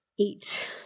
eight